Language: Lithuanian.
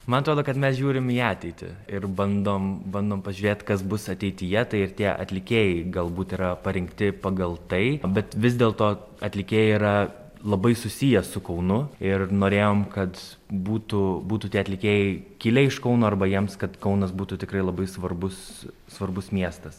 man atrodo kad mes žiūrim į ateitį ir bandom bandom pažiūrėt kas bus ateityje tai ir tie atlikėjai galbūt yra parinkti pagal tai bet vis dėlto atlikėjai yra labai susiję su kaunu ir norėjom kad būtų būtų tie atlikėjai kilę iš kauno arba jiems kad kaunas būtų tikrai labai svarbus svarbus miestas